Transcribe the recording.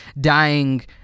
dying